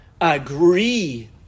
agree